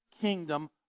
kingdom